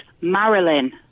Marilyn